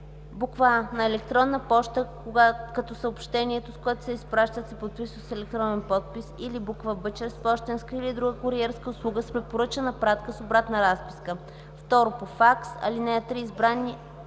а) на електронна поща, като съобщението, с което се изпращат, се подписва с електронен подпис или б) чрез пощенска или друга куриерска услуга с препоръчана пратка с обратна разписка; 2. по факс. (3) Избраният